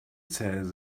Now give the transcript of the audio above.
says